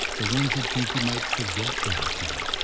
the ones you'd think you might forget over time,